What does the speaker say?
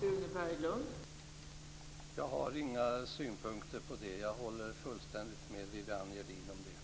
Fru talman! Jag har inga synpunkter på det. Jag håller fullständigt med Viviann Gerdin om det.